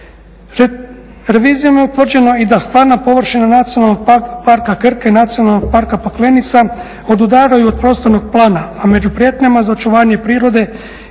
Revizijom je utvrđeno i da stvarna površina Nacionalnog parka Krka i Nacionalnog parka Paklenica odudaraju od prostornog plana, a među … za očuvanje prirode